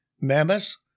mammoths